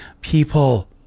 people